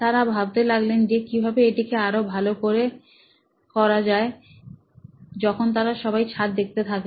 তারা ভাবতে লাগলেন যে কিভাবে এটিকে আরও ভালো করে যায় যখন তারা সবাই ছাদ দেখতে থাকে